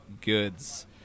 goods